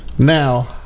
Now